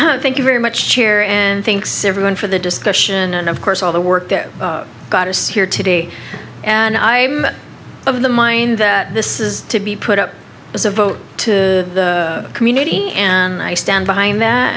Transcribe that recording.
and thank you very much chair and thanks everyone for the discussion and of course all the work that got us here today and i'm of the mind that this is to be put up as a vote to the community and i stand behind that